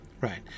right